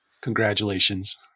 Congratulations